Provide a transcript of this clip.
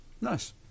Nice